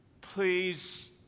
Please